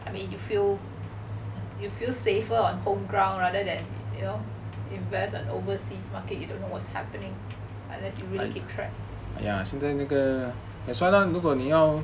I mean you feel you feel safer on home ground rather than you know invest on overseas market you don't know what's happening unless you really keep track